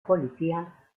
policía